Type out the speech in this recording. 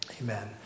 amen